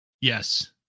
Yes